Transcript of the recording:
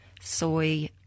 soy